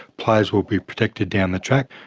players will be protected down the track,